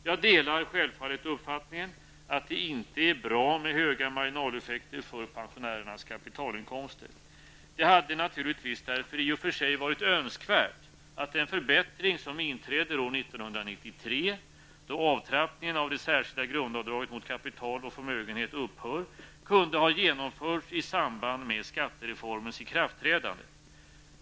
Jag delar självfallet uppfattningen att det inte är bra med höga marginaleffekter för pensionärernas kapitalinkomster. Det hade naturligtivis därför i och för sig varit önskvärt att den förbättring som inträder år 1993 då avtrappningen av det särskilda grundavdraget mot kapital och förmögenhet upphör kunde ha genomförts i samband med skattereformens ikraftträdande.